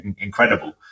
incredible